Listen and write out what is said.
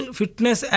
fitness